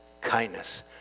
kindness